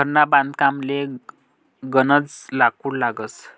घरना बांधकामले गनज लाकूड लागस